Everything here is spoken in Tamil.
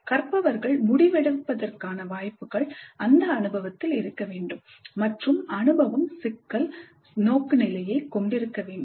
கற்பவர்கள் முடிவெடுப்பதற்கான வாய்ப்புகள் அந்த அனுபவத்தில் இருக்க வேண்டும் மற்றும் அனுபவம் சிக்கல் நோக்குநிலையைக் கொண்டிருக்க வேண்டும்